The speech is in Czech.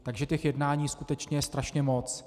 Takže těch jednání skutečně je strašně moc.